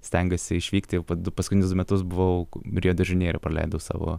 stengiuosi išvykti du paskutinius metus buvau rio de ženeire paleido savo